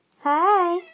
Hi